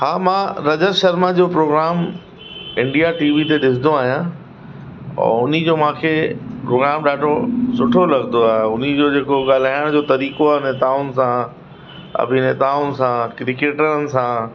हा मां रजत शर्मा जो प्रोग्राम इंडीया टी वी ते ॾिसंदो आहियां ऐं उन जो मूंखे प्रोग्राम ॾाढो सुठो लॻंदो आहे उन जो जेको ॻाल्हाइण जो तरीक़ो आहे नेताउनि सां अभिनेताउनि सां क्रिकेटरनि सां